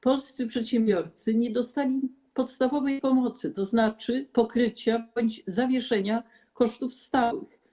Polscy przedsiębiorcy nie dostali podstawowej pomocy, tzn. pokrycia bądź zawieszenia kosztów stałych.